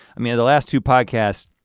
i mean the last two podcasts,